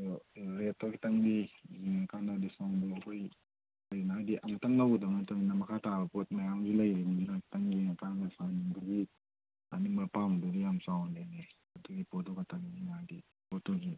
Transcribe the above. ꯑꯗꯣ ꯔꯦꯠꯇꯣ ꯈꯤꯇꯪꯗꯤ ꯌꯦꯡꯉꯀꯥꯟꯗ ꯗꯤꯁꯀꯥꯎꯟꯗꯣ ꯑꯩꯈꯣꯏꯒꯤ ꯀꯩꯒꯤꯅꯣ ꯍꯥꯏꯔꯗꯤ ꯑꯃꯨꯛꯇꯪ ꯂꯧꯒꯗꯕ ꯅꯠꯇꯕꯅꯤꯅ ꯃꯈꯥ ꯇꯥꯕ ꯄꯣꯠ ꯃꯌꯥꯝꯁꯨ ꯂꯩꯔꯤꯕꯅꯤꯅ ꯈꯤꯇꯪ ꯌꯦꯡꯉꯀꯥꯟꯗ ꯁꯥꯍꯟꯅꯤꯡꯕꯒꯤ ꯑꯅꯤꯡꯕ ꯑꯄꯥꯝꯕꯗꯨꯗꯤ ꯌꯥꯝ ꯆꯥꯎꯅ ꯂꯩꯔꯦ ꯑꯗꯨꯒꯤ ꯄꯣꯠꯇꯣ ꯈꯛꯇꯅꯤ ꯑꯩꯅ ꯍꯥꯏꯕꯗꯤ ꯄꯣꯠꯇꯨꯒꯤ